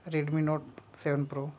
Redmi note seven pro